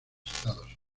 estados